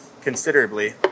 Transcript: considerably